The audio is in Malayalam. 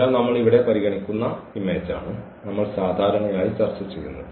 അതിനാൽ നമ്മൾ ഇവിടെ പരിഗണിക്കുന്ന ചിത്രമാണ് നമ്മൾ സാധാരണയായി ചർച്ച ചെയ്യുന്നത്